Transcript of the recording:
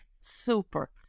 super